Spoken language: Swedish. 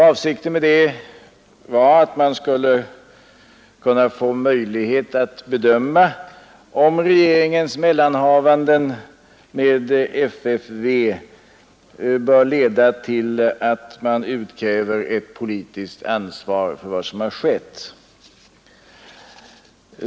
Avsikten med detta var att man skulle få möjlighet att bedöma, om regeringens mellanhavanden med FFV bör leda till att man utkräver politiskt ansvar för vad som har skett.